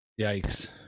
Yikes